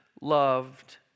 loved